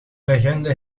legende